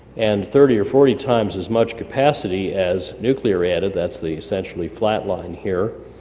and thirty or forty times as much capacity as nuclear added that's the essentially flat line here.